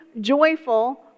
joyful